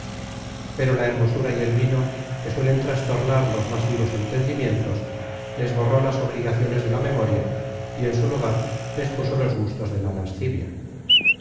pero la hermosura y el vino que suelen trastornar los más vivos entendimientos les borró las obligaciones de la memoria y en su lugar les puso los gustos de la lascivia